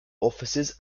offices